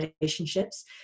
relationships